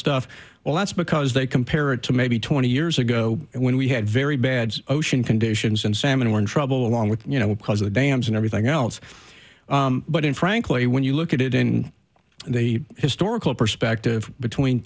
stuff well that's because they compare it to maybe twenty years ago when we had very bad ocean conditions and salmon were in trouble along with you know what caused the dams and everything else but in frankly when you look at it in the historical perspective between